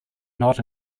not